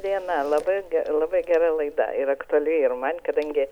diena labai labai gera laida yra aktuali ir man kadangi